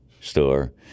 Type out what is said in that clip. store